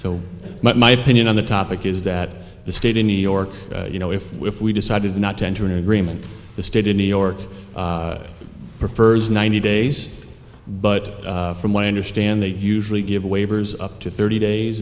so my opinion on the topic is that the state in new york you know if we if we decided not to enter an agreement the state in new york prefers ninety days but from what i understand they usually give waivers up to thirty days